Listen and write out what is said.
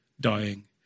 dying